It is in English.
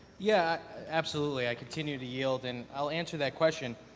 yeah. absolutely. i continue to yield, and, i'll answer that question.